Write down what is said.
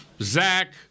Zach